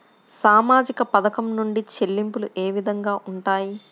సామాజిక పథకం నుండి చెల్లింపులు ఏ విధంగా ఉంటాయి?